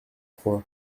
trois